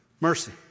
mercy